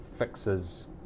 fixes